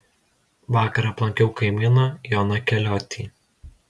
vakar aplankiau kaimyną joną keliotį